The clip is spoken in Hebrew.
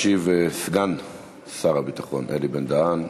ישיב סגן שר הביטחון אלי בן-דהן,